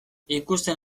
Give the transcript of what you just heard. ikusten